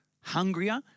hungrier